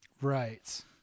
Right